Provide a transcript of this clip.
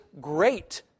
great